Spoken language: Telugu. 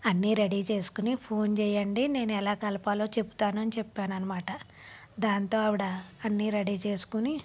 అన్ని రెడీ చేసుకుని ఫోన్ చేయండి నేను ఎలా కలపాలో చెప్తాను అని చెప్పాను అనమాట దాంతో ఆవిడ అన్నీ రెడీ చేసుకుని